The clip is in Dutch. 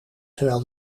terwijl